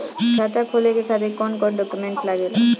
खाता खोले के खातिर कौन कौन डॉक्यूमेंट लागेला?